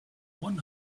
one